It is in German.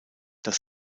das